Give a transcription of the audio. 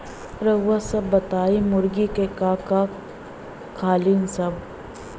रउआ सभ बताई मुर्गी का का खालीन सब?